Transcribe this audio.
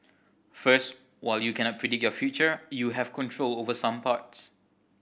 first while you cannot predict your future you have control over some parts